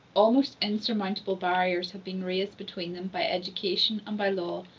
almost insurmountable barriers had been raised between them by education and by law,